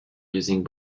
using